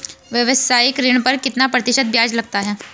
व्यावसायिक ऋण पर कितना प्रतिशत ब्याज लगता है?